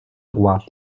roi